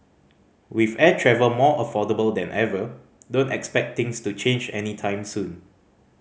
with air travel more affordable than ever don't expect things to change any time soon